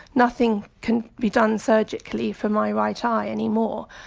nothing can be done surgically for my right eye anymore,